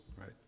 right